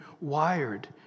wired